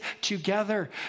together